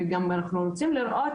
ואנחנו גם רוצים לראות